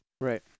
Right